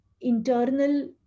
internal